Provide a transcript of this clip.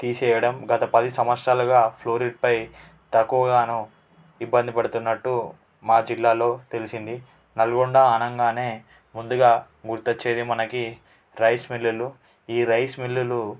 తీసేయడం గత పది సంవత్సరాలుగా ఫ్లోరిడ్పై తక్కువ గాను ఇబ్బంది పడుతున్నట్టు మా జిల్లాలో తెలిసింది నల్గొండ అనంగానే ముందుగా గుర్తొచ్చేది మనకి రైస్ మిల్లులు ఈ రైస్ మిల్లులు